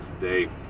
today